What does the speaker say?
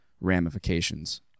ramifications